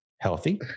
healthy